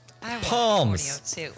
Palms